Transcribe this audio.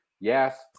Yes